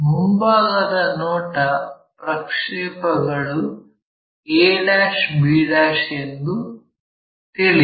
ಮುಂಭಾಗದ ನೋಟ ಪ್ರಕ್ಷೇಪಗಳು a b ಎಂದು ತಿಳಿದಿದೆ